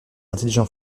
intelligent